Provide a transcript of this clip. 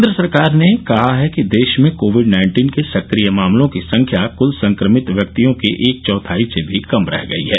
केंद्र सरकार ने कहा है कि देश में कोविड नाइन्टीन के सक्रिय मामलों की संख्या कल संक्रमित व्यक्तियों के एक चौथाई से भी कम रह गई है